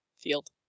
field